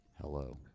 Hello